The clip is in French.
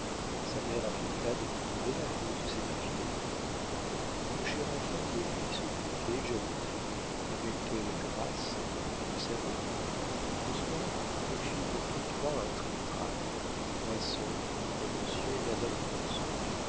sa mère affecta de me bouder à cause de cette infidélité le cher enfant lui offrit ce bouquet jalousé avec quelle grâce vous le savez le soir nous fîmes tous trois un tric trac moi seul contre monsieur et madame de